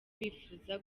bifuza